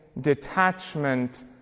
detachment